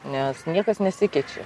nes niekas nesikeičia